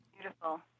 beautiful